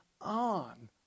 on